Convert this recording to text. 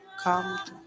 come